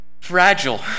fragile